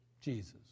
Jesus